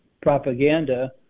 propaganda